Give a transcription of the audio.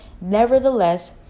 nevertheless